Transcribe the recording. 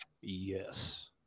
Yes